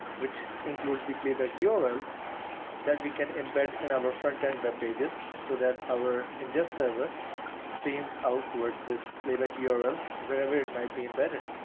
which includes the playback yeah url that we can embed in our front end web pages so that our ingest server steams out towards this playback yeah url, wherever it might be embedded.